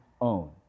own